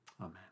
Amen